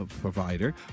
provider